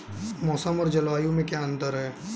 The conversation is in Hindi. मौसम और जलवायु में क्या अंतर?